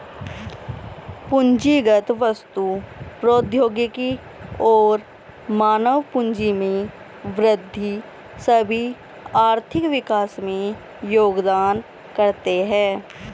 पूंजीगत वस्तु, प्रौद्योगिकी और मानव पूंजी में वृद्धि सभी आर्थिक विकास में योगदान करते है